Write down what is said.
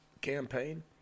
campaign